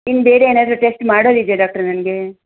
ಇನ್ನು ಬೇರೆ ಏನಾದರೂ ಟೆಸ್ಟ್ ಮಾಡೋದಿದೆಯಾ ಡಾಕ್ಟರ್ ನನಗೆ